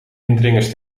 indringers